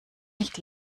nicht